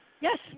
Yes